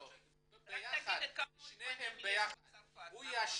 רק תגידי כמה אולפנים יש בצרפת נכון להיום.